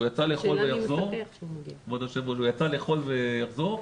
שהוא יצא לאכול ויחזור,